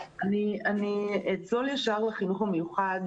אצלול ישר לחינוך המיוחד,